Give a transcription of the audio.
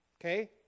Okay